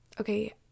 okay